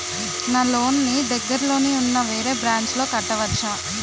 నా లోన్ నీ దగ్గర్లోని ఉన్న వేరే బ్రాంచ్ లో కట్టవచా?